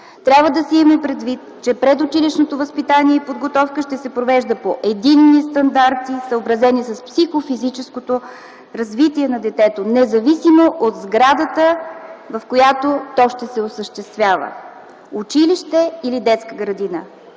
Трябва да се има предвид, че предучилищното възпитание и подготовка ще се провежда по единни стандарти, съобразени с психофизическото развитие на детето, независимо от сградата, в която то ще се осъществява – училище или детска градина.